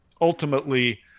ultimately